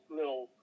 little